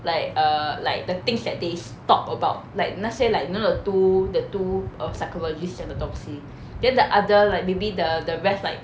like err like the things that they talk about like 那些 like you know the two the two err psychologists 讲的东西 then the other like maybe the the rest like